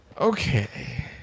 Okay